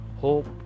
hope